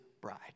bride